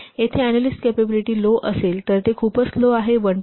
होय येथे analyst capability low असेल तर ते खूपच लो आहे 1